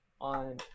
on